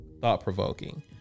thought-provoking